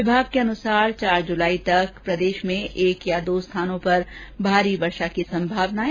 विभाग के अनुसार चार जुलाई तक एक या दो स्थानों पर भारी वर्षा की संभावना है